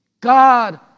God